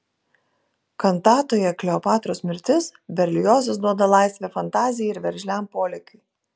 kantatoje kleopatros mirtis berliozas duoda laisvę fantazijai ir veržliam polėkiui